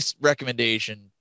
recommendation